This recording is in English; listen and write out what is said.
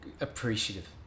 appreciative